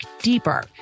deeper